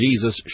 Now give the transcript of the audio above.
Jesus